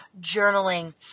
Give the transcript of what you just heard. journaling